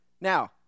Now